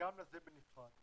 וגם לזה בנפרד?